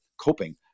coping